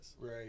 Right